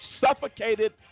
suffocated